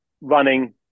running